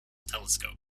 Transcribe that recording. telescope